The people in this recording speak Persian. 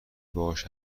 باهاش